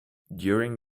during